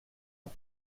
une